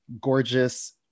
gorgeous